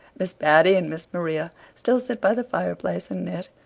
miss patty and miss maria still sit by the fireplace and knit.